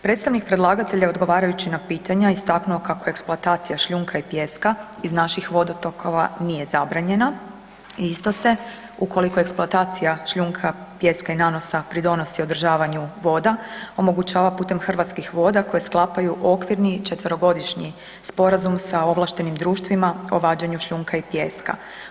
Predstavnik predlagatelja odgovarajući na pitanja istaknuo je kako je eksploatacija šljunka i pijeska iz naših vodotokova nije zabranjeno i isto se ukoliko eksploatacija šljunka, pijeska i nanosa pridonosi održavanju voda omogućava putem Hrvatskih voda koji sklapaju okvirni četverogodišnji sporazum sa ovlaštenim društvima o vađenju šljunka i pijeska.